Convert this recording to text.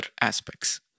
aspects